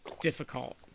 difficult